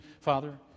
Father